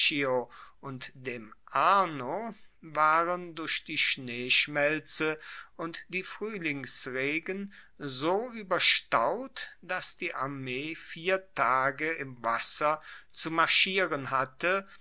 und dem arno waren durch die schneeschmelze und die fruehlingsregen so ueberstaut dass die armee vier tage im wasser zu marschieren hatte